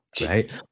Right